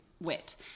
wit